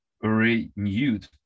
renewed